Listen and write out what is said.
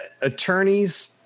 attorneys